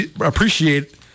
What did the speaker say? appreciate